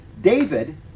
David